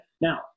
Now